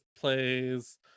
plays